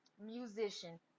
musician